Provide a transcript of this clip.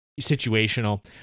situational